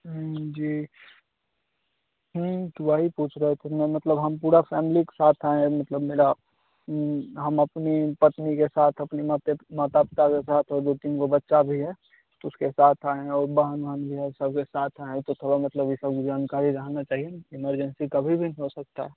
जी तो वही पूछ रहे थे म मतलब हम पूरा फैमली के साथ आएँ हैं मतलब मेरा हम अपनी पत्नी के साथ अपनी माते अ माता पिता के साथ और दो तीन गो बच्चा भी है तो उसके साथ आएँ हैं औ बहन उहन भी है सब के साथ आएँ तो थोड़ा मतलब इन सब की जानकारी रहना चाहिए न इमरजेंसी कभी भी हो सकता है